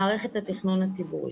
מערכת התכנון הציבורי.